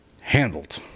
handled